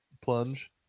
plunge